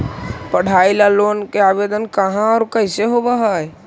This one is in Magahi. पढाई ल लोन के आवेदन कहा औ कैसे होब है?